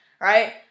right